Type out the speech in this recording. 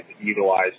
utilized